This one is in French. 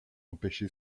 empêché